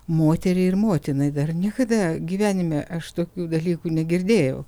moteriai ir motinai dar niekada gyvenime aš tokių dalykų negirdėjau